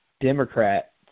Democrat